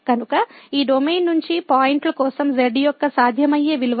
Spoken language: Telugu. కనుక ఈ డొమైన్ నుండి పాయింట్ల కోసం z యొక్క సాధ్యమయ్యే విలువ రేంజ్ అవుతుంది